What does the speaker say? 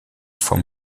from